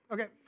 Okay